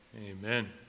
Amen